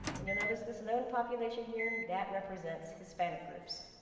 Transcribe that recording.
and you'll notice this known population here that represents hispanic groups.